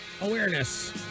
awareness